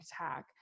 attack